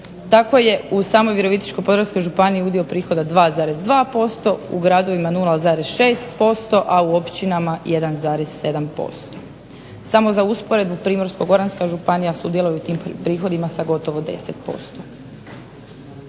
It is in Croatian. Tako je u samoj Virovitičko-podravskoj županiji udio prihoda 2,2%, u gradovima 0,6%, a u općinama 1,7%. Samo za usporedbu Primorsko-goranska županija sudjeluje u tim prihodima sa gotovo 10%.